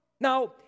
Now